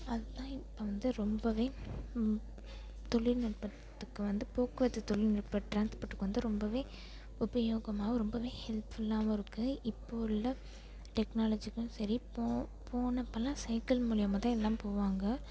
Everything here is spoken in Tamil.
அது தான் இப்போ வந்து ரொம்பவே தொழில்நுட்பத்துக்கு வந்து போக்குவரத்து தொழில்நுட்பம் டிரான்ஸ்போர்ட்டுக்கு வந்த ரொம்பவே உபயோகமாகவும் ரொம்பவே ஹெல்ப் ஃபுல்லாகவும் இருக்கு இப்போ உள்ள டெக்னாலஜிக்கெல்லாம் சரி போ போனப்போலாம் சைக்கிள் மூலியம்மாக தான் எல்லாம் போவாங்க